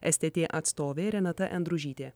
stt atstovė renata endružytė